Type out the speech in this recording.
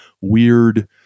weird